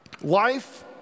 Life